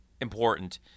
important